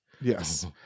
Yes